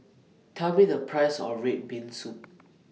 Tell Me The Price of Red Bean Soup